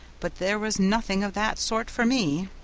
but there was nothing of that sort for me.